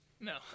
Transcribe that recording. No